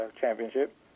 championship